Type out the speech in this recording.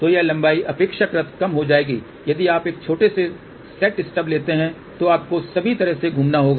तो यह लंबाई अपेक्षाकृत कम हो जाएगी यदि आप एक छोटे से सेट स्टब लेते हैं तो आपको सभी तरह से घूमना होगा